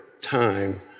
time